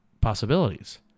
possibilities